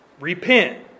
Repent